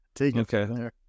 Okay